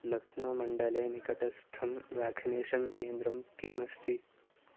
लक्नौ मण्डले निकटस्थं व्याक्सिनेषन् केन्द्रं किम् अस्ति